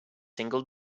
single